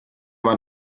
man